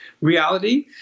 reality